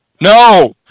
No